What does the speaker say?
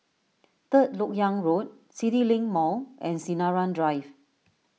Third Lok Yang Road CityLink Mall and Sinaran Drive